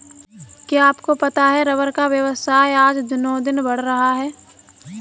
क्या आपको पता है रबर का व्यवसाय आज दिनोंदिन बढ़ रहा है?